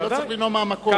לא צריך לנאום מהמקום.